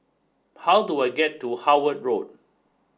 how do I get to Howard Road